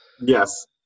Yes